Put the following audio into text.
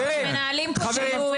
אנחנו מנהלים פה דיון.